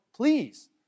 Please